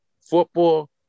football